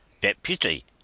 Deputy